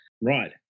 Right